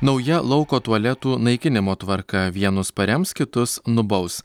nauja lauko tualetų naikinimo tvarka vienus parems kitus nubaus